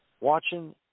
watching